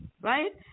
right